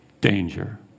danger